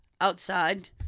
outside